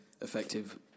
effective